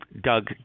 doug